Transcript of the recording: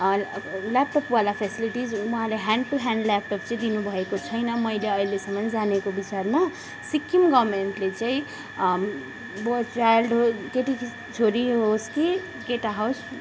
ल्यापटपवाला facilities उँहाले hand to hand laptop चाहिँ दिनुभएको छैन मैले अहिलेसम्म जानेको विषयमा सिक्किम गभर्मेन्टले चाहिँ बोई च्याल्ड हो केटी छोरी होस् कि केटा होस्